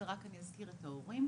ורק אני אזכיר את ההורים,